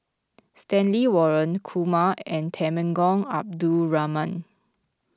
Stanley Warren Kumar and Temenggong Abdul Rahman